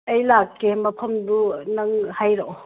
ꯑꯩ ꯂꯥꯛꯀꯦ ꯃꯐꯝꯗꯨ ꯅꯪ ꯍꯥꯏꯔꯛꯑꯣ